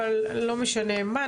לא משנה מה,